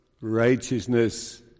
righteousness